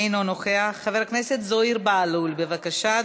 אינו נוכח, חבר הכנסת זוהיר בהלול, בבקשה,